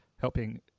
helping